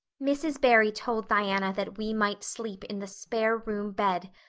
mrs. barry told diana that we might sleep in the spare-room bed.